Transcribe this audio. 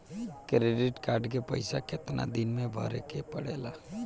Credit card के पइसा कितना दिन में भरे के पड़ेला?